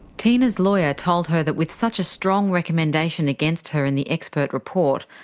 tina's lawyer told her that with such a strong recommendation against her in the expert report,